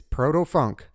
Proto-Funk